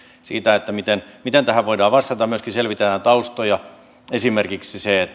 siitä miten miten tähän voidaan vastata myöskin selvitellään taustoja esimerkiksi se